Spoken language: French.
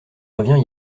revient